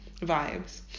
vibes